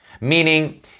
meaning